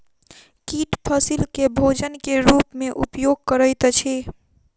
कीट फसील के भोजन के रूप में उपयोग करैत अछि